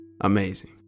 amazing